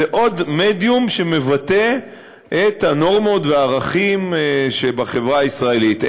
זה עוד מדיום שמבטא את הנורמות והערכים שבחברה הישראלית.